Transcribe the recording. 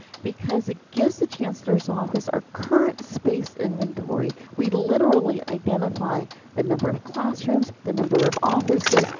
because it gives the chancellor's office our current space inventory. we literally identify the number of classrooms, the number of offices,